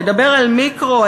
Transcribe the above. נדבר על מיקרו,